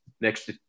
next